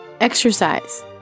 Exercise